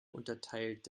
unterteilt